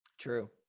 True